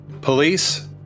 police